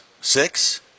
six